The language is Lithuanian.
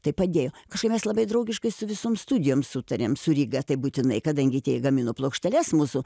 tai padėjo kažkaip mes labai draugiškai su visom studijom sutarėm su ryga tai būtinai kadangi tiek gamino plokšteles mūsų